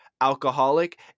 alcoholic